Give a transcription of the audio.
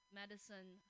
medicine